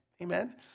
Amen